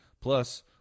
plus